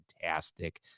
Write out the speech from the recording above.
fantastic